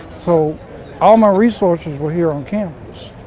so all my resources were here on campus,